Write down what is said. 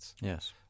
Yes